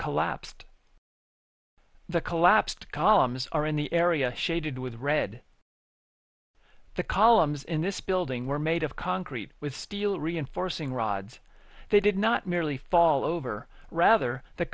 collapsed the collapsed columns are in the area shaded with red the columns in this building were made of concrete with steel reinforcing rods they did not merely fall over rather the